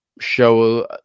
show